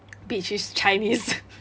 bitch it's chinese